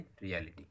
reality